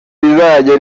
rizajya